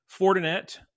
Fortinet